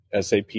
SAP